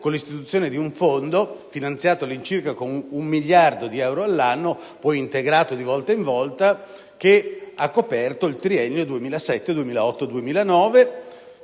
con l'istituzione di un Fondo, finanziato con circa un miliardo di euro all'anno e poi integrato di volta in volta, che ha coperto il triennio 2007-2009.